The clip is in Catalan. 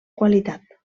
qualitat